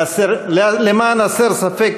למען הסר ספק,